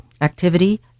activity